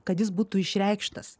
kad jis būtų išreikštas